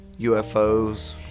UFOs